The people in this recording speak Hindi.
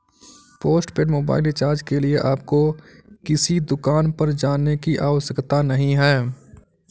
पोस्टपेड मोबाइल रिचार्ज के लिए आपको किसी दुकान पर जाने की आवश्यकता नहीं है